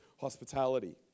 hospitality